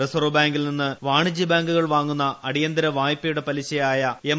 reserve ബാങ്കിൽ നിന്ന് വാണിജ്യബാങ്കുകൾ വാങ്ങുന്ന അടിന്തര വായ്പയുടെ പലിശയായ എം